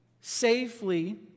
safely